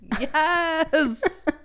yes